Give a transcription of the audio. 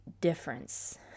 difference